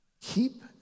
Keep